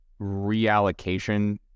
reallocation